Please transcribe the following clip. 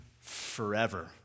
forever